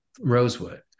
rosewood